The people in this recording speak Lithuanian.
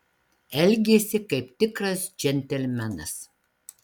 elgėsi kaip tikras džentelmenas